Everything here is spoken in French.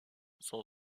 son